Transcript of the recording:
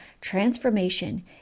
transformation